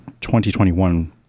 2021